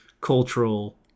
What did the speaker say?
cultural